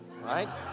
right